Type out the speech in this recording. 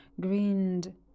grinned